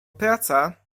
praca